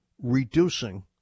reducing